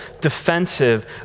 defensive